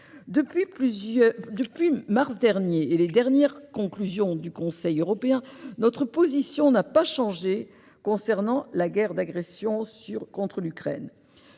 Depuis mars dernier et les dernières conclusions du Conseil européen, notre position n'a pas changé concernant la guerre d'agression contre l'Ukraine.